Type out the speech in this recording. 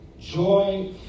Joy